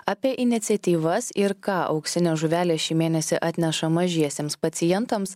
apie iniciatyvas ir ką auksinė žuvelė šį mėnesį atneša mažiesiems pacientams